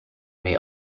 may